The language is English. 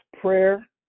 prayer